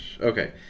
Okay